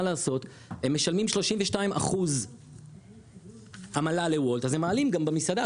הם משלמים 32% עמלה לוולט אז הם מעלים גם במסעדה,